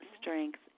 strength